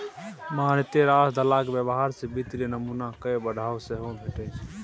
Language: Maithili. मारिते रास दलालक व्यवहार सँ वित्तीय नमूना कए बढ़ावा सेहो भेटै छै